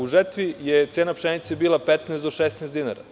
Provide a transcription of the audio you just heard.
U žetvi je cena pšenice bila 15 do 16 dinara.